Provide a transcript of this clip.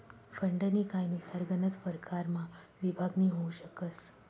फंडनी कायनुसार गनच परकारमा विभागणी होउ शकस